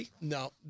No